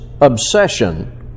obsession